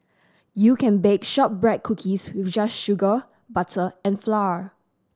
you can bake shortbread cookies with just sugar butter and flour